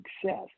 success